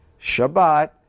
Shabbat